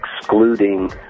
excluding